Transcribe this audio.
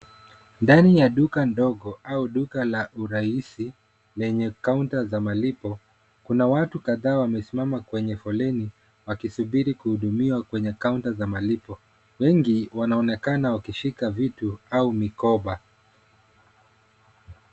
Ndani ya duka ndogo au duka la urahisi lenye kaunta za malipo. Kuna watu kadhaa wamesimama kwenye foleni wakisubiri kuhudumiwa kwenye kaunta za malipo. Wengi wanaonekana wakishika vitu au mikoba.